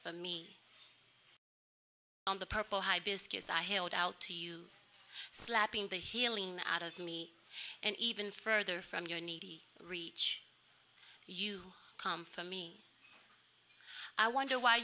for me on the purple high viscous i held out to you slap in the healing out of me and even further from your needy reach you come for me i wonder why